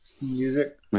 Music